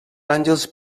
àngels